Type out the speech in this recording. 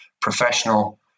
professional